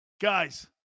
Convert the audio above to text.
Guys